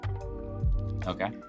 okay